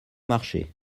marché